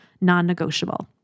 non-negotiable